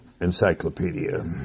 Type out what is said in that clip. Encyclopedia